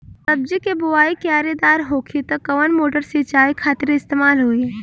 सब्जी के बोवाई क्यारी दार होखि त कवन मोटर सिंचाई खातिर इस्तेमाल होई?